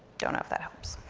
don't know if that helps.